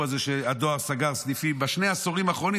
הזה שהדואר סגר סניפים בשני העשורים האחרונים.